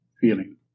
feeling